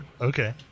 Okay